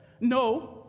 no